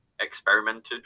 experimented